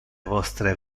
vostre